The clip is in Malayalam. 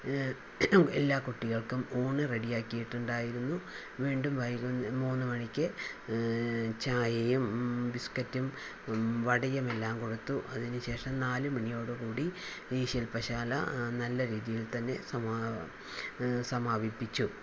എല്ലാ കുട്ടികൾക്കും ഊണ് റെഡി ആക്കിയിട്ടുണ്ടായിരുന്നു വീണ്ടും വൈകു മൂന്ന് മണിക്ക് ചായയും ബിസ്കറ്റും വടയുമെല്ലാം കൊടുത്തു അതിന് ശേഷം നാല് മണിയോട് കൂടി ഈ ശിൽപ്പശാല നല്ല രീതിയിൽ തന്നെ സമാ സമാപിപ്പിച്ചു